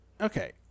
Okay